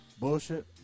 Bullshit